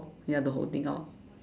ya the whole thing orh